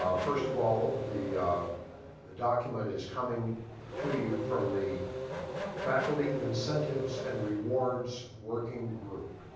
ah first of all, the the document is coming to you from the faculty incentives and rewards working group.